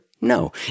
No